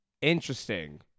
Interesting